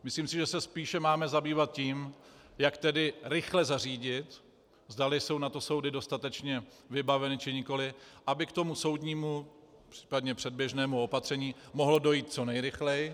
Myslím si, že se spíše máme zabývat tím, jak tedy rychle zařídit, zda jsou na to soudy dostatečně vybaveny, či nikoli, aby k tomu soudnímu, případně předběžnému opatření mohlo dojít co nejrychleji.